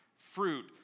fruit